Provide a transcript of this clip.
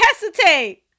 hesitate